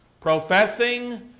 professing